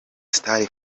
star